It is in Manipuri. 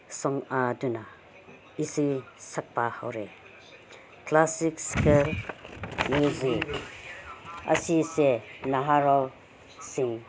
ꯐꯪꯑꯗꯨꯅ ꯏꯁꯩ ꯁꯛꯄ ꯍꯧꯔꯦ ꯀ꯭ꯂꯥꯁꯤꯀꯦꯜ ꯃ꯭ꯌꯨꯖꯤꯛ ꯑꯁꯤꯁꯦ ꯅꯍꯥꯔꯣꯜꯁꯤꯡ